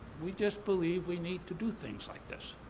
we just believe we need to do things like this.